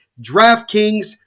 DraftKings